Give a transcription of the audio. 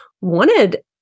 wanted